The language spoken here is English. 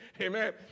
Amen